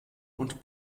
und